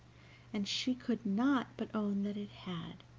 and she could not but own that it had.